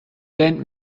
lend